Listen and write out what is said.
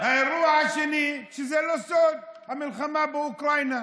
האירוע השני, שהוא לא סוד: המלחמה באוקראינה.